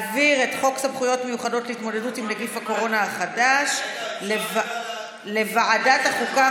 חוק סמכויות מיוחדת להתמודדות עם נגיף הקורונה החדש לוועדת החוקה,